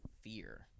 fear